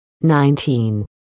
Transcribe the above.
Nineteen